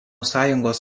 sąjungos